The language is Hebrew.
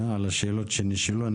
השאלות שנשאלו.